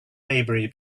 maybury